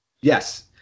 Yes